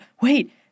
wait